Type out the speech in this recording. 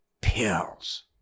pills